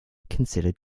considered